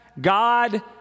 God